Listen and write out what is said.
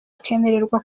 akemererwa